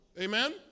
Amen